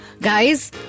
Guys